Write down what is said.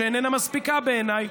שאיננה מספיקה בעיניי,